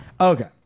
Okay